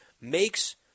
makes